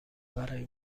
برای